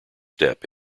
step